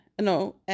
no